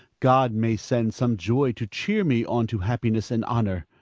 god may send some joy to cheer me on to happiness and honor.